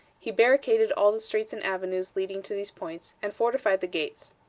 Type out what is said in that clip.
he barricaded all the streets and avenues leading to these points, and fortified the gates.